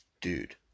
Dude